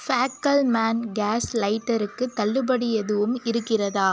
Fackelmann gas லைட்டருக்கு தள்ளுபடி எதுவும் இருக்கிறதா